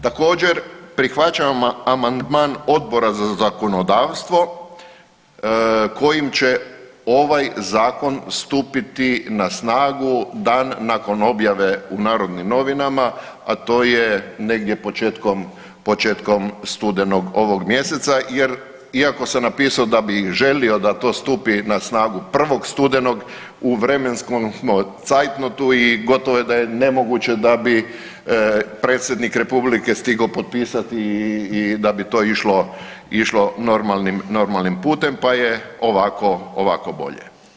Također prihvaćam amandman Odbora za zakonodavstvo kojim će ovaj Zakon stupiti na snagu dan nakon objave u Narodnim novinama, a to je negdje početkom studenog ovog mjeseca, jer iako sam napisao da bi želio da to stupi na snagu 1. studenog u vremenskom smo cajtnotu i gotovo da je nemoguće da bi Predsjednik Republike stigao potpisati i da bi to išlo normalnim putem, pa je ovako bolje.